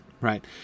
right